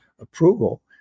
approval